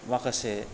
माखासे